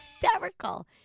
hysterical